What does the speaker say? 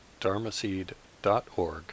dharmaseed.org